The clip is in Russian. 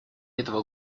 этого